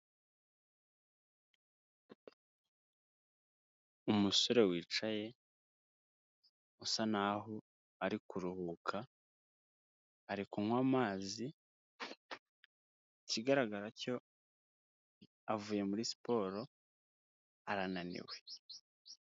Umusore wicaye usa naho ari kuruhuka, ari kunywa amazi, ikigaragara cyo avuye muri siporo arananiwe.